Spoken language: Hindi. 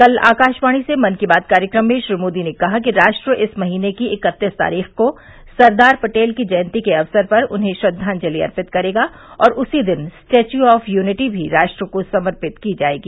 कल आकाशवाणी से मन की बात कार्यक्रम में श्री मोदी ने कहा कि राष्ट्र इस महीने की इक्कतीस तारीख को सरदार पटेल की जयंती के अक्सर पर उन्हें श्रद्वांजलि अर्पित करेगा और उसी दिन स्टेव्यू ऑफ यूनिटी भी राष्ट्र को समर्पित किया जायेगा